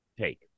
take